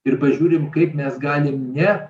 ir pažiūrim kaip nes galim ne